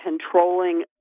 controlling